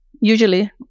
usually